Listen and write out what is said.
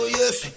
yes